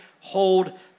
hold